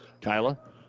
Kyla